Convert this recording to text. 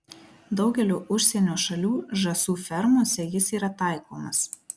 daugelio užsienio šalių žąsų fermose jis yra taikomas